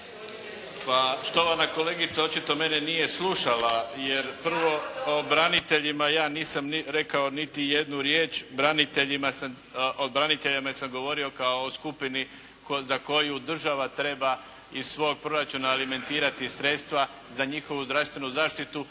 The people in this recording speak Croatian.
Pa štovana kolegica očito mene nije slušala, jer prvo, o braniteljima ja nisam rekao niti jednu riječ, o braniteljima sam govorio kao o skupini za koju država treba iz svog proračuna alimentirati sredstva za njihovu zdravstvenu zaštitu